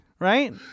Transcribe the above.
Right